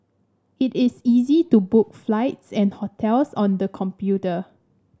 it is easy to book flights and hotels on the computer